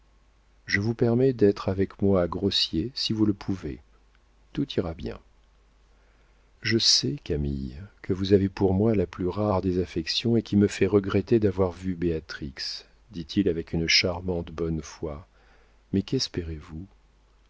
je vous permets d'être avec moi grossier si vous le pouvez tout ira bien je sais camille que vous avez pour moi la plus rare des affections et qui me fait regretter d'avoir vu béatrix dit-il avec une charmante bonne foi mais qu'espérez-vous